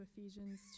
Ephesians